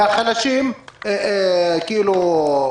והחלשים כאילו,